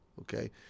okay